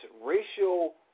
racial